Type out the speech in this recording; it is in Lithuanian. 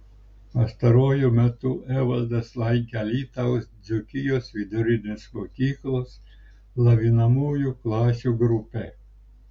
pastaruoju metu evaldas lankė alytaus dzūkijos vidurinės mokyklos lavinamųjų klasių grupę